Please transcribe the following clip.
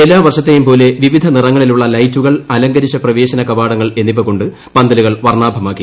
എല്ലാ വർഷത്തെയും പോലെ വിവിധ നിറങ്ങളിലുള്ള ലൈറ്റുകൾ അലങ്കരിച്ച പ്രവേശന കവാടങ്ങൾ എന്നിവ കൊണ്ട് പന്തലുകൾ വർണ്ണാഭമാക്കി